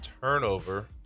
turnover